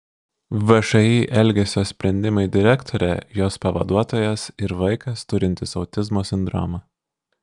všį elgesio sprendimai direktorė jos pavaduotojas ir vaikas turintis autizmo sindromą